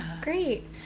Great